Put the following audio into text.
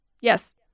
Yes